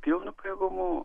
pilnu pajėgumu